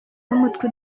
n’umutwe